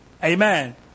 Amen